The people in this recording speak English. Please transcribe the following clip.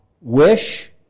wish